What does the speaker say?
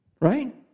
Right